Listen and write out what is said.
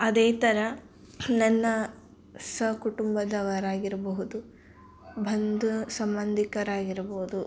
ಅದೇ ಥರ ನನ್ನ ಸಕುಟುಂಬದವರಾಗಿರಬಹುದು ಬಂಧು ಸಂಬಂಧಿಕರಾಗಿರ್ಬೋದು